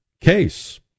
case